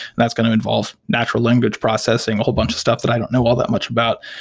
that's going to involve natural language processing, a whole bunch stuff that i don't know all that much about.